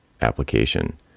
application